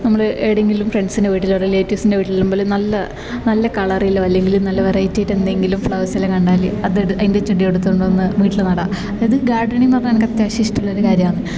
നമ്മൾ എവിടെങ്കിലും ഫ്രണ്ട്സിൻ്റെ വീട്ടിലോ റിലേറ്റീവ്സിൻ്റെ വീട്ടിലോ പോലെ നല്ല നല്ല കളറിലോ അല്ലെങ്കിൽ നല്ല വെറൈറ്റിയായിട്ട് എന്തെങ്കിലും ഫ്ലവേഴ്സെല്ലാം കണ്ടാൽ അത് എട് അതിൻ്റെ ചെടി എടുത്തോണ്ട് വന്ന് വീട്ടിൽ നടാം അതായത് ഗാർഡനിങ്ങ് എന്ന് പറഞ്ഞാൽ എനിക്ക് അത്യാവശ്യം ഇഷ്ടമുള്ളൊരു കാര്യമാണ്